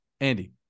Andy